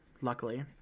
Luckily